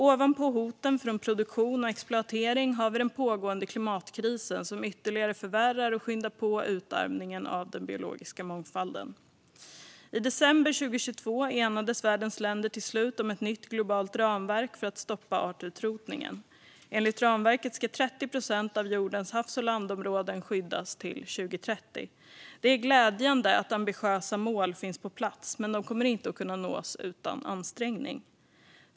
Ovanpå hoten från produktion och exploatering har vi den pågående klimatkrisen, som ytterligare förvärrar och skyndar på utarmningen av den biologiska mångfalden. I december 2022 enades världens länder till slut om ett nytt globalt ramverk för att stoppa artutrotningen. Enligt ramverket ska 30 procent av jordens havs och landområden skyddas till 2030. Det är glädjande att ambitiösa mål finns på plats, men de kommer inte att nås utan ansträngning.